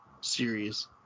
series